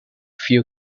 few